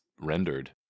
rendered